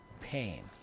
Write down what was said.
pain